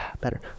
Better